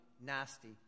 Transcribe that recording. nasty